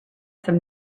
some